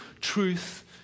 truth